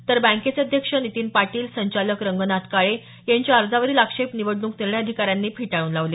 तर बँकेचे अध्यक्ष नितीन पाटील संचालक रंगनाथ काळे यांच्या अर्जावरील आक्षेप निवडणूक निर्णय अधिकाऱ्यांनी फेटाळून लावले